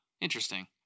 Interesting